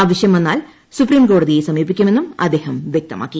ആവശ്യം വന്നാൽ സൂപ്രീം കോടതിയെ സമീപിക്കുമെന്നും അദ്ദേഹം വ്യക്തമാക്കി